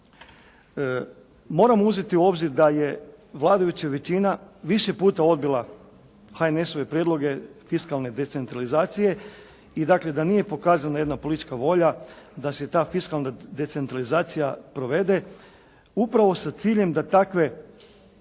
Moramo uzeti u obzir da je vladajuća većina više puta odbila HNS-ove prijedloge fiskalne decentralizacije i dakle da nije pokazana jedna politička volja da se ta fiskalna decentralizacija provede upravo sa ciljem da takve